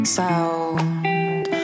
sound